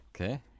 Okay